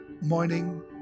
morning